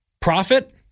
Profit